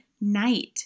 night